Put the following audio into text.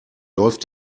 läuft